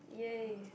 !yay!